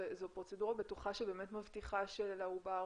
זו פרוצדורה בטוחה שבאמת מבטיחה שלעובר